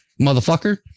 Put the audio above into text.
motherfucker